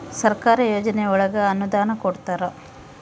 ಸರ್ಕಾರ ಯೋಜನೆ ಒಳಗ ಅನುದಾನ ಕೊಡ್ತಾರ